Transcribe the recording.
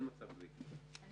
זה